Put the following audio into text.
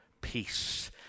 peace